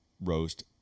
roast